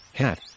hat